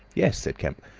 yes, said kemp,